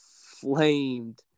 flamed